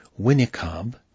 Winikab